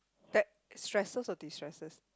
that stresses or destresses